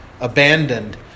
abandoned